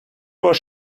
was